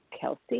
Kelsey